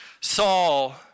Saul